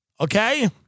Okay